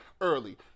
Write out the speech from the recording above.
early